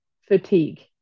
fatigue